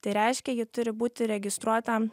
tai reiškia ji turi būti registruota